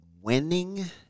winning